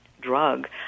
drug